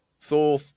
Thor